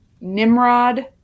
Nimrod